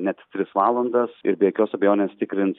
net tris valandas ir be jokios abejonės tikrins